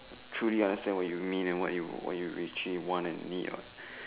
truly understand what you mean what you what you actually want and mean ah